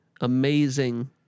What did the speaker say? amazing